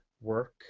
work